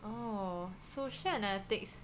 oh so social analytics